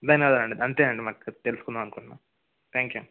ఇంకేమి లేదు అండి అంతే అండి మాకు తెలుసుకుందాము అనుకున్నాము థ్యాంక్ యూ